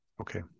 Okay